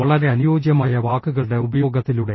വളരെ അനുയോജ്യമായ വാക്കുകളുടെ ഉപയോഗത്തിലൂടെ